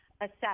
assess